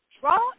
draw